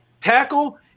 tackle